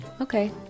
Okay